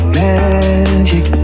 magic